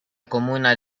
comuna